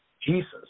Jesus